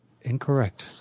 Incorrect